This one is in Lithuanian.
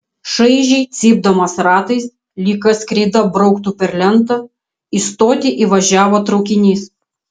šaižiai cypdamas ratais lyg kas kreida brauktų per lentą į stotį įvažiavo traukinys